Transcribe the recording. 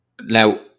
now